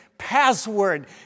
password